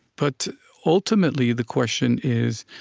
but ultimately, the question is,